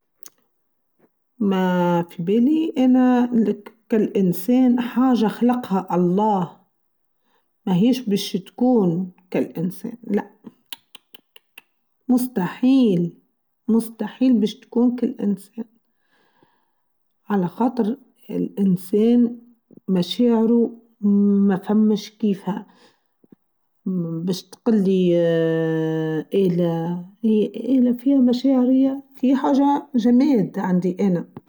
ما في بيني أنا كالإنسان حاجة خلقها الله ما هيش بيش تكون كالإنسان لا تو تو تو تو مستحيل مستحيل بيش تكون كالإنسان على خاطر الإنسان مشاعره ما فمش كيفها بيش تقل لي أنا فيها مشاعرية فيها حاجة جميلة عندي أنا.